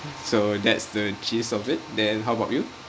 so that's the gist of it then how about you